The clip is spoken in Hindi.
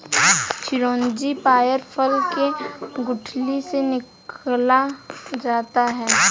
चिरौंजी पयार फल के गुठली से निकाला जाता है